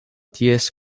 ties